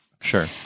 Sure